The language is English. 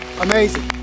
Amazing